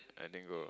I didn't go